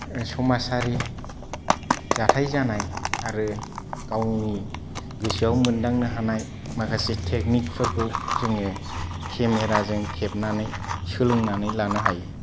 समाजारि जाथाय जानाय आरो गावनि गोसोआव मोन्दांनो हानाय माखासे टेकनिकफोरखौ जोङो केमेराजों खेबनानै सोलोंनानै लानो हायो